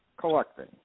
Collecting